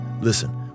Listen